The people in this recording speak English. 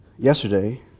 Yesterday